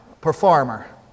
performer